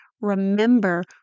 remember